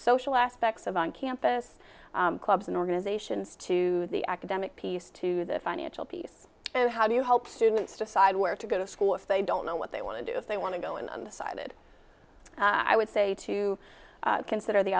social aspects of on campus clubs and organizations to the academic piece to the financial piece so how do you help students decide where to go to school if they don't know what they want to do they want to go in undecided i would say to consider the